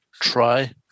try